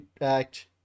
act